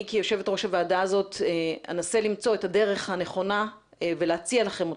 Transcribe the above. אני כיושבת ראש הוועדה הזאת אנסה למצוא את הדרך הנכונה ולהציע לכם אותה.